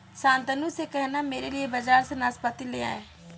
शांतनु से कहना मेरे लिए बाजार से नाशपाती ले आए